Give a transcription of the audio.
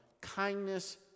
kindness